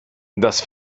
das